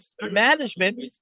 management